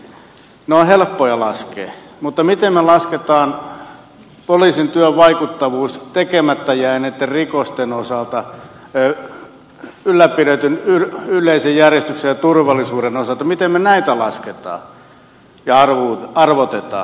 ne ovat helppoja laskea mutta miten me laskemme poliisin työn vaikuttavuuden tekemättä jääneitten rikosten osalta ylläpidetyn yleisen järjestyksen ja turvallisuuden osalta miten me näitä laskemme ja arvotamme